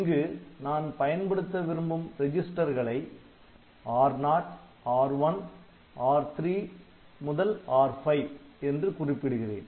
இங்கு நான் பயன்படுத்த விரும்பும் ரெஜிஸ்டர்களை R0 R1 R3 to R5 என்று குறிப்பிடுகிறேன்